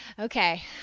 Okay